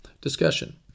Discussion